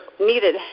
needed